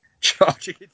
Charging